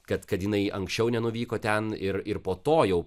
kad kad jinai anksčiau nenuvyko ten ir ir po to jau